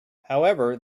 however